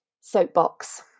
soapbox